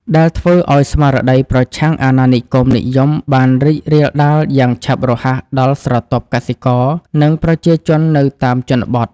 ដែលធ្វើឱ្យស្មារតីប្រឆាំងអាណានិគមនិយមបានរីករាលដាលយ៉ាងឆាប់រហ័សដល់ស្រទាប់កសិករ និងប្រជាជននៅតាមជនបទ។